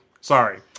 Sorry